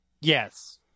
Yes